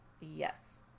Yes